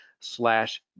slash